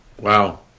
Wow